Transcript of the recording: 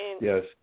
Yes